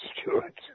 Stuart